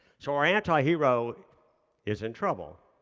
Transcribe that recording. so our anti-hero is in trouble.